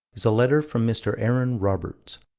is a letter from mr. aaron roberts,